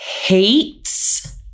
hates